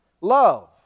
love